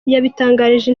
yabitangarije